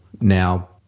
now